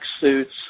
suits